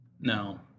no